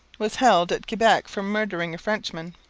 was held at quebec for murdering a frenchman.